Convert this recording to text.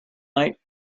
night